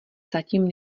zatím